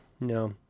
no